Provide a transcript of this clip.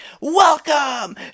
welcome